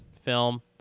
film